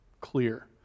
clear